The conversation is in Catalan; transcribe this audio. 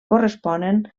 corresponen